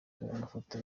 amafoto